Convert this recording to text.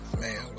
man